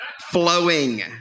flowing